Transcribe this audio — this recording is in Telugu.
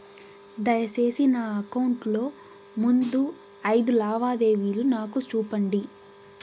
దయసేసి నా అకౌంట్ లో ముందు అయిదు లావాదేవీలు నాకు చూపండి